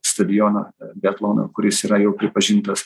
stadioną biatlono kuris yra jau pripažintas